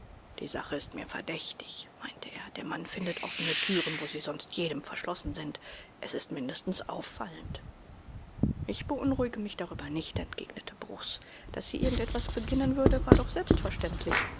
die sache ist mir verdächtig meinte er der mann findet offene türen wo sie sonst jedem verschlossen sind es ist mindestens auffallend ich beunruhige mich darüber nicht entgegnete bruchs daß sie irgend etwas beginnen würde war doch selbstverständlich